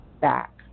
back